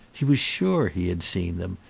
he was sure he had seen them.